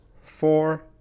four